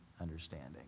understanding